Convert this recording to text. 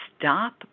stop